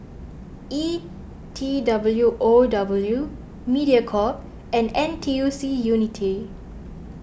E T W O W Mediacorp and N T U C Unity